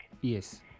Yes